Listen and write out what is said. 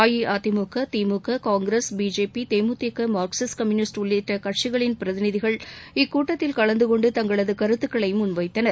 AIADMK DMK Congress BJP DMDK Marxist communist உள்ளிட்ட கட்சிகளின் பிரதிநிதிகள் இக்கூட்டத்தில் கலந்து கொண்டு தங்களது கருத்துகளை முன்வைத்தனர்